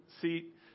seat